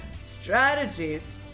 strategies